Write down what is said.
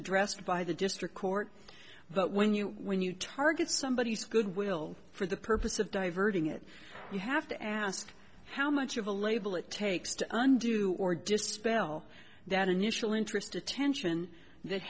addressed by the district court but when you when you target somebody says goodwill for the purpose of diverting it you have to ask how much of a label it takes to undo or dispel that initial interest attention that